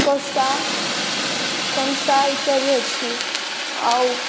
କଂସା କଂସା ଇତ୍ୟାଦି ଅଛି ଆଉ